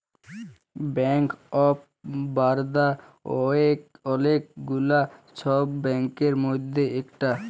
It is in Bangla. ব্যাঙ্ক অফ বারদা ওলেক গুলা সব ব্যাংকের মধ্যে ইকটা